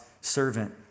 servant